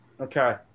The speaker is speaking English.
Okay